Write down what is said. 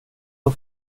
har